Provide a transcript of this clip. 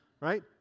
Right